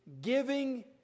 giving